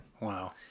Wow